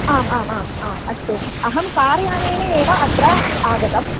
आम् आम् आम् आम् अस्तु अहं कार्यानेन एव अत्र आगता